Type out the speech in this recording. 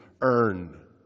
earn